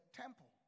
temple